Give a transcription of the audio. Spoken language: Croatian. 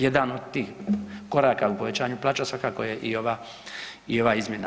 Jedan od tih koraka u povećanju plaća svakako je i ova, i ova izmjena.